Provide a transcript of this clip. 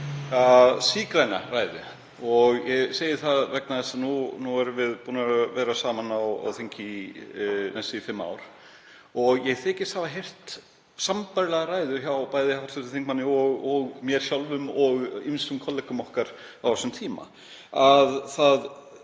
fyrir sígræna ræðu. Ég segi það vegna þess að nú erum við búnir að vera saman á þingi í næstum því fimm ár og ég þykist hafa heyrt sambærilegar ræður hjá bæði hv. þingmanni og mér sjálfum og ýmsum kollegum okkar á þessum tíma, að það